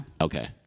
Okay